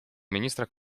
ministra